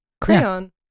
crayon